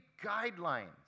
guidelines